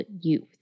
youth